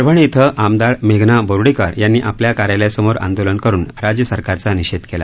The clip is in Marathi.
परभणी इथं आमदार मेघना बोर्डीकर यांनी आपल्या कार्यालयासमोर आंदोलन करून राज्य सरकारचा निषेध केला